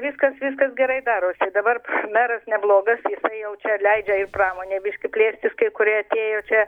viskas viskas gerai darosi dabar meras neblogas jisai jau čia leidžia ir pramonei biški plėstis kai kurie atėjo čia